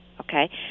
okay